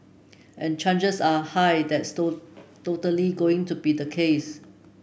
and changes are high that's toll totally going to be the case